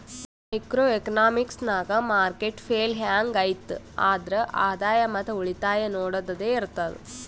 micro economics ನಾಗ್ market fail ಹ್ಯಾಂಗ್ ಐಯ್ತ್ ಆದ್ರ ಆದಾಯ ಮತ್ ಉಳಿತಾಯ ನೊಡದ್ದದೆ ಇರ್ತುದ್